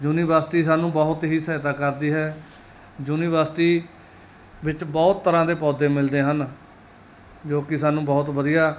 university ਸਾਨੂੰ ਬਹੁਤ ਹੀ ਸਹਾਇਤਾ ਕਰਦੀ ਹੈ ਯੂਨੀਵਰਸਿਟੀ ਵਿੱਚ ਬਹੁਤ ਤਰ੍ਹਾਂ ਦੇ ਪੌਦੇ ਮਿਲਦੇ ਹਨ ਜੋ ਕਿ ਸਾਨੂੰ ਬਹੁਤ ਵਧੀਆ